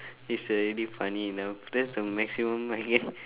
is already funny enough that's the maximum I get